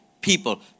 people